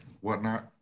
whatnot